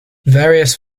various